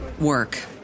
work